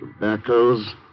tobaccos